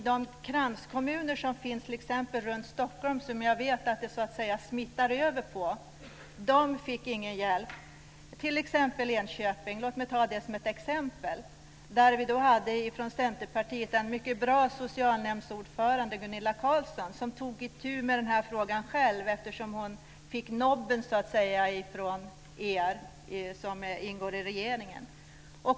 De kranskommuner som finns t.ex. runt Stockholm, som jag vet att det smittar av sig på, fick ingen hjälp. Låt mig ta Enköping som ett exempel. Där hade vi i Centerpartiet en mycket bra socialnämndsordförande, Gunilla Karlsson, som tog itu med frågan själv eftersom hon fick nobben från er som ingår i regeringen.